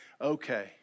okay